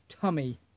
tummy